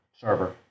server